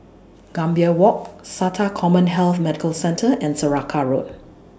Gambir Walk Sata Commhealth Medical Centre and Saraca Road